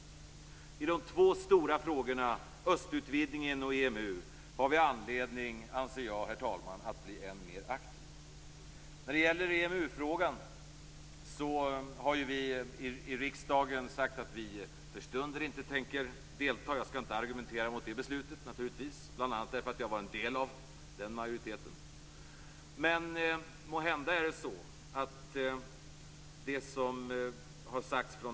Jag anser, herr talman, att vi i de stora frågorna om östutvidgningen och om EMU har anledning att bli än mer aktiva. Vad gäller EMU har vi i riksdagen sagt att vi för stunden inte tänker ansluta oss. Jag skall naturligtvis inte argumentera mot det beslutet, bl.a. därför att jag tillhörde majoriteten bakom beslutet.